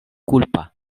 kulpa